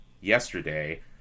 yesterday